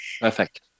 Perfect